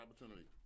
opportunity